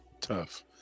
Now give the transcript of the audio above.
tough